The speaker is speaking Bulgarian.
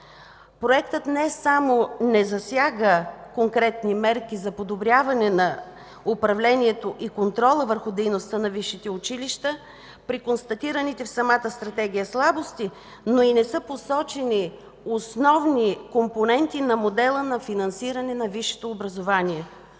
Проектът не само не засяга конкретни мерки за подобряване на управлението и контрола върху дейността на висшите училища при констатираните в самата стратегия слабости, но не са посочени и основни компоненти на модела на финансиране на висшето образование,